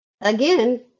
again